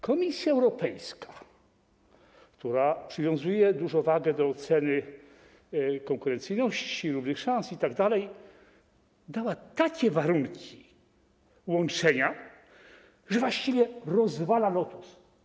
Komisja Europejska, która przywiązuje dużą wagę do oceny konkurencyjności, równych szans itd., podała takie warunki, aby doszło do połączenia, że właściwie rozwala to Lotos.